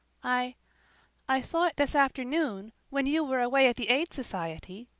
i i saw it this afternoon when you were away at the aid society,